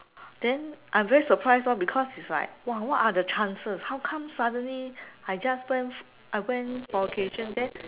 then I very surprised lor because is like !wah! what are the chances how come suddenly I just went I went for then